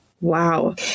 Wow